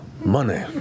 money